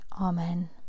Amen